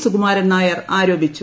സുകുമാരൻ നായർ ആരോപിച്ചു